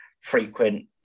frequent